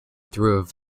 through